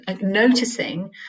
noticing